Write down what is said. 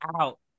out